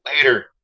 later